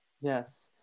Yes